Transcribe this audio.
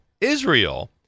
Israel